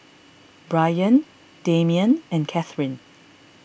Bryan Damian and Katharine